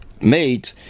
made